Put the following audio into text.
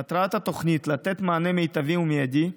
מטרת התוכנית לתת מענה מיטבי ומיידי,